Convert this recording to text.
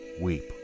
Weep